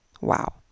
Wow